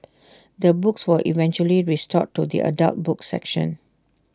the books were eventually restored to the adult books section